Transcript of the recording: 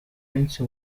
munsi